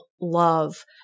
love